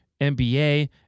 NBA